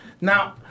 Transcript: Now